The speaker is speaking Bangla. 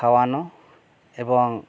খাওয়ানো এবং